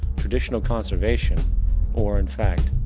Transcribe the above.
traditional conservation or, in fact,